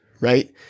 right